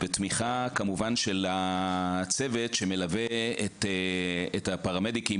וכמובן תמיכה של הצוות שמלווה את הפרמדיקים,